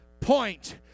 point